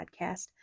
podcast